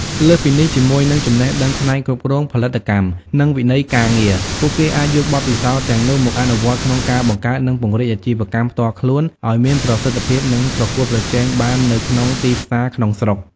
លើសពីនេះ ជាមួយនឹងចំណេះដឹងផ្នែកគ្រប់គ្រង ផលិតកម្ម និងវិន័យការងារ ពួកគេអាចយកបទពិសោធន៍ទាំងនោះមកអនុវត្តក្នុងការបង្កើត និងពង្រីកអាជីវកម្មផ្ទាល់ខ្លួនឱ្យមានប្រសិទ្ធភាព និងប្រកួតប្រជែងបាននៅក្នុងទីផ្សារក្នុងស្រុក។